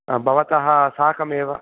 भवतः साकमेव